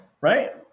right